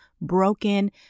broken